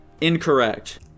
Incorrect